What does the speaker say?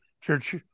church